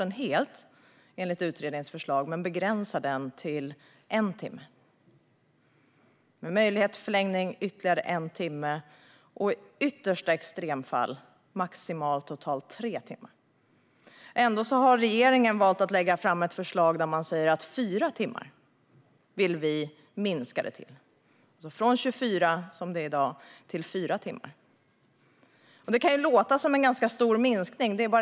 Utredningen ville inte ta bort möjligheten helt, men man ville begränsa den till en timme med möjlighet till förlängning ytterligare en timme och i yttersta extremfall maximalt totalt tre timmar. Ändå har regeringen valt att nu lägga fram ett förslag där man vill minska det till fyra timmar. Från 24 timmar, som det är i dag, vill man minska det till fyra timmar. Det kan ju låta som en ganska stor minskning.